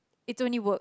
it's only work